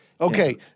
okay